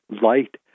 light